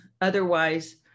Otherwise